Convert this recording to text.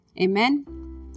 Amen